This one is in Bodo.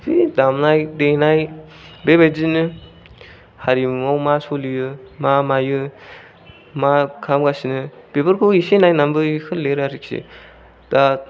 दामनाय देनाय बेबायदिनो हारिमुआव मा सोलियो मा मायो मा खामगासिनो बेफोरखौ इसे नायनानैबो लिरो आरोखि दा